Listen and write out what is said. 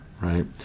right